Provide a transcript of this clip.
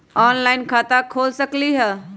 Online खाता खोल सकलीह?